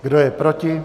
Kdo je proti?